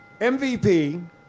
MVP